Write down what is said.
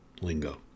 Lingo